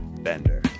Bender